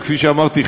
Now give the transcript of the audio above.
וכפי שאמרתי,